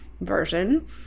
version